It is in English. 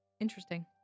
Interesting